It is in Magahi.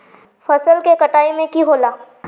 फसल के कटाई में की होला?